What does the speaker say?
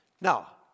Now